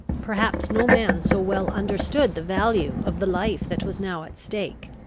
perhaps no man so well understood the value of the life that was now at stake.